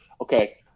okay